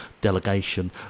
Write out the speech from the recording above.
delegation